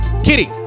Kitty